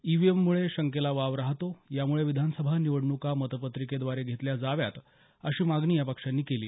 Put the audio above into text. ईव्हीएममुळे शंकेला वाव राहतो यामुळे विधानसभा निवडणुकामतपत्रिकेद्वारे घेतल्या जाव्यात अशी मागणी या पक्षांनी केली